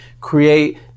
create